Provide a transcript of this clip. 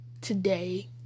today